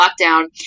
lockdown